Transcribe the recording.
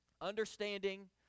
understanding